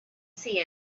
see